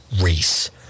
race